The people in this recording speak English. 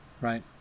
right